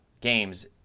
games